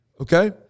Okay